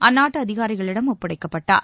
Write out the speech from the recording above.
அந்நாட்டு அதிகாரிகளிடம் ஒப்படைக்கப்பட்டார்